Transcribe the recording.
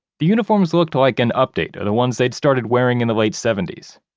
the uniforms looked like an update of the ones they'd started wearing in the late seventy s.